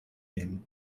nehmen